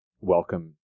welcome